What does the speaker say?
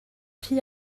rhy